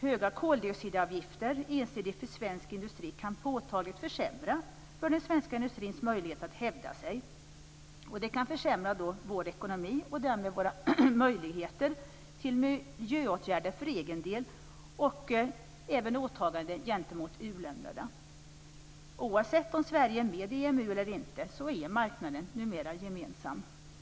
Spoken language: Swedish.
Höga koldioxidavgifter ensidigt för svensk industri kan påtagligt försämra den svenska industrins möjligheter att hävda sig. Det kan försämra vår ekonomi och därmed våra möjligheter till miljöåtgärder för egen del och även åtaganden gentemot u-länderna. Oavsett om Sverige är med i EMU eller inte är marknaden numera gemensam.